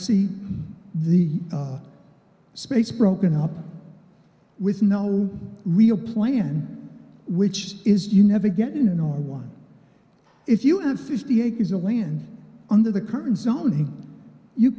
see the space broken up with no real plan which is you never get in an r one if you have fifty acres of land under the current zoning you